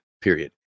period